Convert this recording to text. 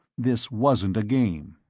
this wasn't a game.